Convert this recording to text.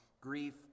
grief